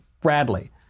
Bradley